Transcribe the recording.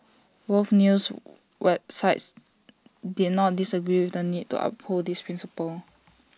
both news wide sites did not disagree with the need to uphold this principle